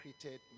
created